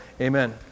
Amen